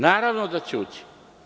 Naravno da će ući.